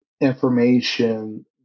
information